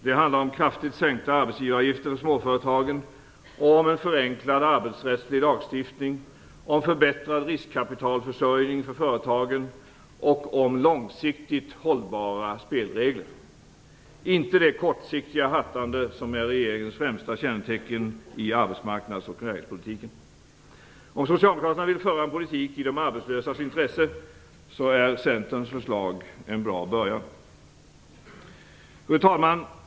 De handlar om kraftigt sänkta arbetsgivaravgifter för småföretagen, om en förenklad arbetsrättslig lagstiftning, om förbättrad riskkapitalförsörjning för företagen och om långsiktigt hållbara spelregler, inte det kortsiktiga hattande som är regeringens främsta kännetecken i arbetsmarknads och näringspolitiken. Om socialdemokraterna vill föra en politik i de arbetslösas intresse är Centerns förslag en bra början. Fru talman!